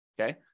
okay